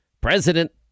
President